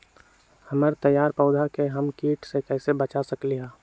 हमर तैयार पौधा के हम किट से कैसे बचा सकलि ह?